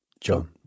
John